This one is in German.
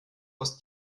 aus